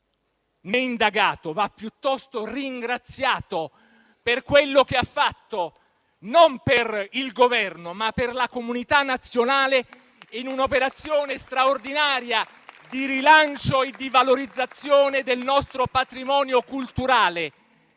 ma piuttosto ringraziato per quello che ha fatto non per il Governo, ma per la comunità nazionale, in un'operazione straordinaria di rilancio e valorizzazione del nostro patrimonio culturale.